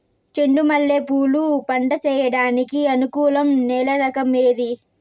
చెండు మల్లె పూలు పంట సేయడానికి అనుకూలం నేల రకం ఏది